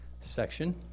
section